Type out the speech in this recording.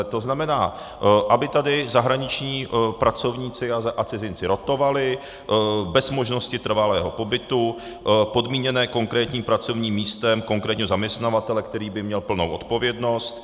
To znamená, aby tady zahraniční pracovníci a cizinci rotovali bez možnosti trvalého pobytu, podmíněné konkrétním pracovním místem, konkrétně zaměstnavatele, který by měl plnou odpovědnost.